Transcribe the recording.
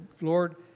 Lord